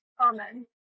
Amen